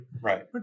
Right